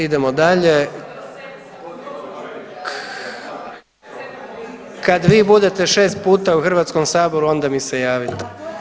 Idemo dalje, kad vi budete 6 puta u Hrvatskom saboru onda mi se javite.